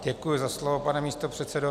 Děkuji za slovo, pane místopředsedo.